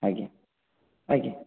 ଆଜ୍ଞା ଆଜ୍ଞା